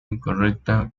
incorrecta